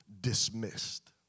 dismissed